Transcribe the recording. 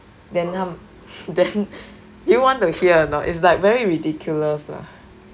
then then do you want to hear anot is like very ridiculous lah